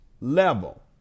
level